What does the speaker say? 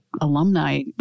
alumni